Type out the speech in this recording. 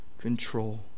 control